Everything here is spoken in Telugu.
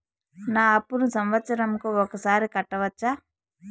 నా అప్పును సంవత్సరంకు ఒకసారి కట్టవచ్చా?